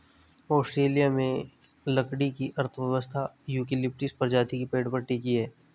Australia में लकड़ी की अर्थव्यवस्था यूकेलिप्टस प्रजाति के पेड़ पर टिकी है